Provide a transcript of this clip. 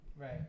Right